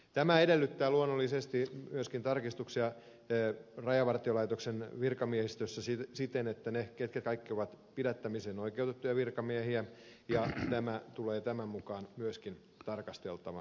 tämä edellyttää luonnollisesti myöskin tarkistuksia rajavartiolaitoksen virkamiehistössä siten että se ketkä kaikki ovat pidättämiseen oikeutettuja virkamiehiä tulee tämän mukaan myöskin tarkastelun kohteeksi